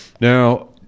Now